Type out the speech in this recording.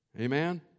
amen